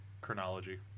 chronology